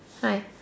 hi